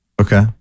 Okay